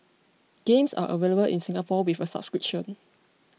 games are available in Singapore with a subscription